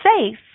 safe